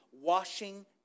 Washing